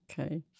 Okay